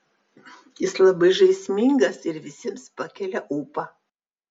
jis labai žaismingas ir visiems pakelia ūpą